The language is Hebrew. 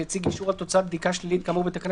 שהציג אישור על תוצאת בדיקה שלילית כאמור בתקנה